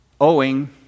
owing